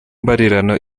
mbarirano